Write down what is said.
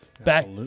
back